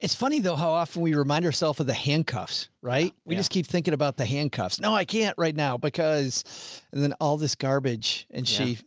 it's funny though, how often we remind yourself of the handcuffs, right? we just keep thinking about the handcuffs. no, i can't right now because then all this garbage and she.